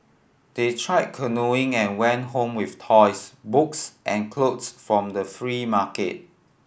they tried canoeing and went home with toys books and clothes from the free market